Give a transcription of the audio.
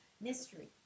mystery